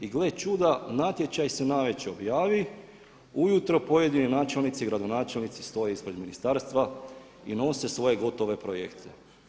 I gle čuda, natječaj se navečer objavi, ujutro pojedini načelnici i gradonačelnici stoje ispred ministarstva i nose svoje gotove projekte.